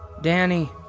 Danny